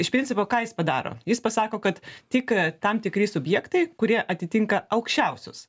iš principo ką jis padaro jis pasako kad tik tam tikri subjektai kurie atitinka aukščiausius